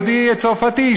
יהודי צרפתי,